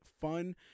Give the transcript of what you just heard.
fun